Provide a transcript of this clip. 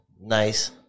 Nice